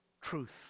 truth